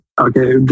okay